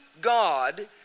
God